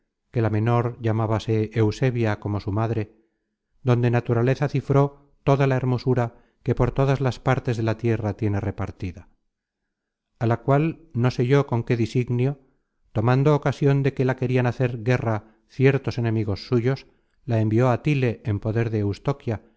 hijas de extremada hermosura principalmente la mayor llamada sigismunda que la menor llamábase eusebia como su madre donde naturaleza cifró toda la hermosura que por todas las partes de la tierra tiene repartida á la cual no sé yo con qué disignio tomando ocasion de que la querian hacer guerra ciertos enemigos suyos la envió á tile en poder de